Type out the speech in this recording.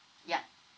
yup